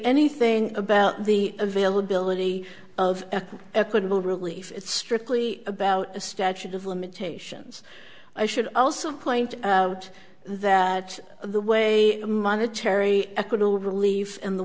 anything about the availability of equitable relief it's strictly about a statute of limitations i should also point out that the way monetary acquittal relief and the